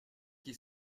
qui